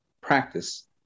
practice